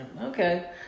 Okay